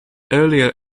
earlier